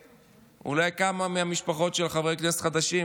ואולי כמה מהמשפחות של חברי הכנסת החדשים,